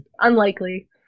Unlikely